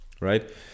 right